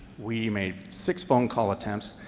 we made six phone call attempts,